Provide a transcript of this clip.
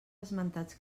esmentats